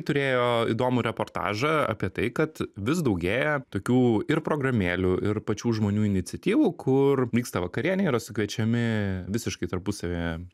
turėjo įdomų reportažą apie tai kad vis daugėja tokių ir programėlių ir pačių žmonių iniciatyvų kur vyksta vakarienė yra sukviečiami visiškai tarpusavyje